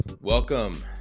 Welcome